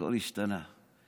הכול השתנה.